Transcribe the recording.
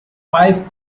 five